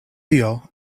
tio